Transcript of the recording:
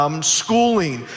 schooling